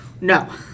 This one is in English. No